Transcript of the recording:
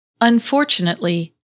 Unfortunately